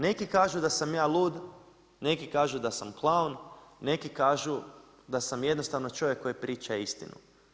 Neki kažu da sam ja lud, neki kažu da sam klaun, neki kažu da sam jednostavno čovjek koji priča istinu.